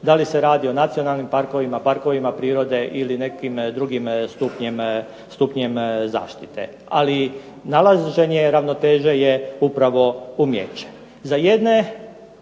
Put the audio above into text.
da li se radi o nacionalnim parkovima, parkovima prirode ili nekim drugim stupnjem zaštite. Ali nalaženje ravnoteže je upravo umijeće.